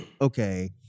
okay